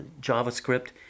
JavaScript